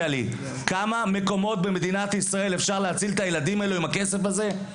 בכמה מקומות במדינת ישראל אפשר להציל את הילדים האלה עם הכסף הזה?